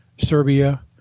Serbia